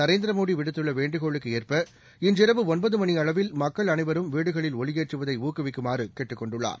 நரேந்திரமோடி விடுத்துள்ள வேண்டுகோளுக்கு ஏற்ப இன்றிரவு ஒன்பது மணியளவில் மக்கள் அனைவரும் வீடுகளில் ஒளியேற்றுவதை ஊக்குவிக்குமாறு கேட்டுக் கொண்டுள்ளார்